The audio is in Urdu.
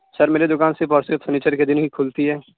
سر میری دکان صرف اور صرف سنیچر کے دن ہی کھلتی ہے